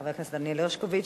חבר הכנסת דניאל הרשקוביץ.